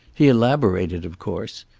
he elaborated, of course.